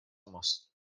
ماست